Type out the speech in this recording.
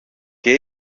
και